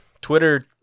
twitter